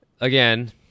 again